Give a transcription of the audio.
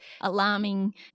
alarming